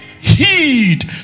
heed